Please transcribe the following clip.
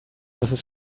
mrs